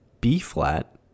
B-flat